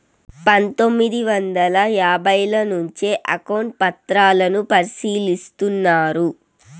పందొమ్మిది వందల యాభైల నుంచే అకౌంట్ పత్రాలను పరిశీలిస్తున్నారు